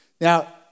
Now